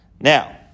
Now